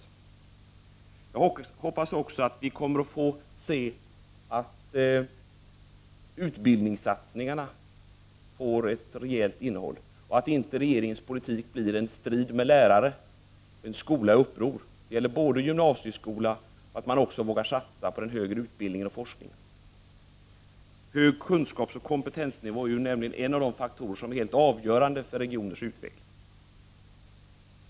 Dessutom hoppas jag att vi skall få se att utbildningssatsningarna får ett rejält innehåll och att regeringens politik inte blir en strid med lärare, en skola i uppror. Det gäller även gymnasieskolan. Man måste också våga satsa på den högre utbildningen och forskningen. Hög kunskapsoch kompetensnivå är nämligen en av de faktorer som är helt avgörande för en regions utveckling.